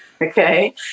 okay